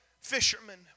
fishermen